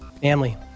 Family